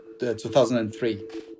2003